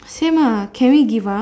same ah can we give up